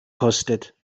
kostet